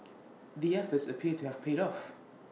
the efforts appear to have paid off